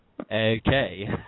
Okay